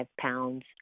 pounds